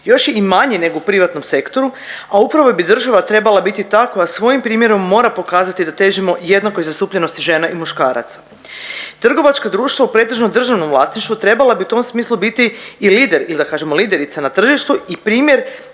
još je i manji nego u privatnom sektoru, a upravo bi država trebala biti ta koja svojim primjerom mora pokazati da težimo jednakoj zastupljenosti žena i muškaraca. Trgovačka društva u pretežnom državnom vlasništvu treba bi u tom smislu biti i lider ili da kažemo liderica na tržištu i primjer